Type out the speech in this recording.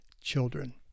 children